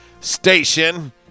Station